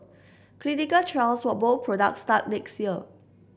clinical trials for both products start next year